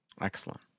Excellent